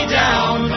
down